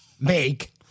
make